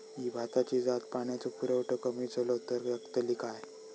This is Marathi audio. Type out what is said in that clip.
ही भाताची जात पाण्याचो पुरवठो कमी जलो तर जगतली काय?